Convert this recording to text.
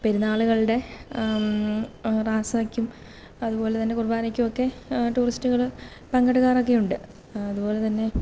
പെരുന്നാളുകളുടെ റാസായ്ക്കും അതുപോലെ തന്നെ കുർബാനയ്ക്കുമൊക്കെ ടൂറിസ്റ്റുകള് പങ്കെടുക്കാറൊക്കെയുണ്ട് അതുപോലെ തന്നെ